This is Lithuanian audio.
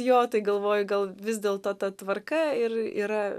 jo tai galvoju gal vis dėlto ta tvarka ir yra